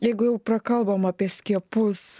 jeigu jau prakalbom apie skiepus